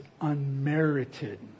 unmerited